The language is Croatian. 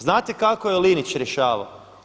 Znate kako je Linić rješavao?